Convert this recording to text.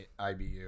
IBU